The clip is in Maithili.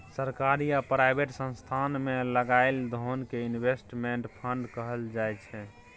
सरकारी आ प्राइवेट संस्थान मे लगाएल धोन कें इनवेस्टमेंट फंड कहल जाय छइ